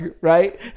right